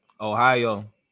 Ohio